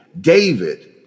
David